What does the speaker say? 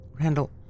Randall